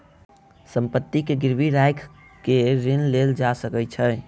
संपत्ति के गिरवी राइख के ऋण लेल जा सकै छै